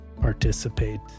participate